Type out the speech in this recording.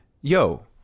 yo